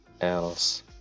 else